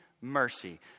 mercy